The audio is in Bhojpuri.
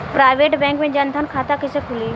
प्राइवेट बैंक मे जन धन खाता कैसे खुली?